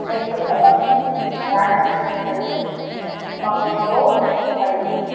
ॾही कोकी ॻाढ़नि जी कढ़ी पकौड़ो कढ़ी